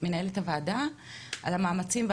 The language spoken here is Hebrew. מנהלת הוועדה על המאמצים,